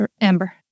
Amber